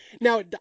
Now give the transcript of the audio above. now